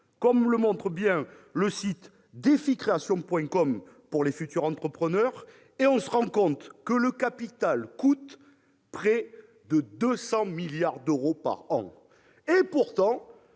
comme le montre bien le site, destiné aux futurs entrepreneurs. On se rend alors compte que le capital coûte près de 200 milliards d'euros par an. Et pourtant,